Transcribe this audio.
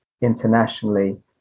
internationally